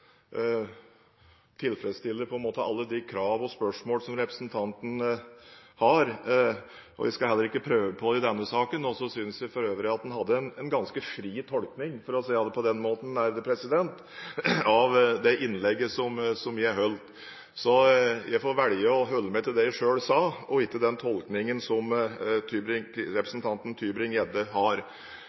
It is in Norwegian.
prøve på det i denne saken. Så synes jeg for øvrig at han hadde en ganske fri tolkning, for å si det på den måten, av det innlegget som jeg holdt. Så jeg får velge å holde meg til det jeg selv sa, og ikke den tolkningen som representanten Tybring-Gjedde har.